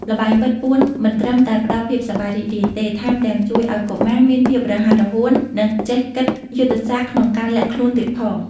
ល្បែងបិទពួនមិនត្រឹមតែផ្ដល់ភាពសប្បាយរីករាយទេ ថែមទាំងជួយឲ្យកុមារមានភាពរហ័សរហួន និងចេះគិតយុទ្ធសាស្ត្រក្នុងការលាក់ខ្លួនទៀតផង។